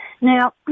Now